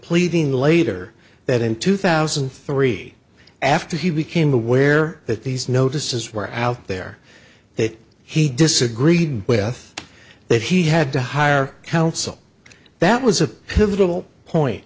pleading later that in two thousand and three after he became aware that these notices were out there that he disagreed with that he had to hire counsel that was a pivotal point